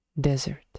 Desert